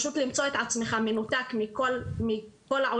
פשוט למצוא את עצמך מנותק מכל העולם.